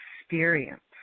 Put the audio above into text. experience